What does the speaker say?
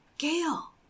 Gail